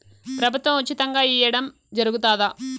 ప్రభుత్వం ఉచితంగా ఇయ్యడం జరుగుతాదా?